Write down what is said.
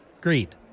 greed